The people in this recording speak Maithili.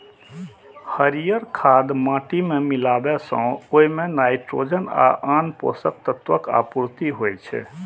हरियर खाद माटि मे मिलाबै सं ओइ मे नाइट्रोजन आ आन पोषक तत्वक आपूर्ति होइ छै